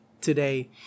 today